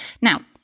Now